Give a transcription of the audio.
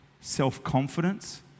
self-confidence